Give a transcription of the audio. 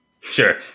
Sure